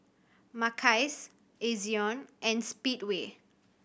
Mackays Ezion and Speedway